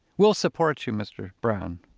we'll support you, mr. brown.